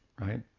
right